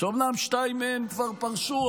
אומנם שניים מהם כבר פרשו,